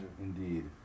Indeed